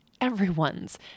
everyone's